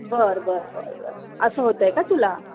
बरं बरं बरं बरं असं होत आहे का तुला